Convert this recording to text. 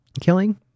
Killing